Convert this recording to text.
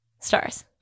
stars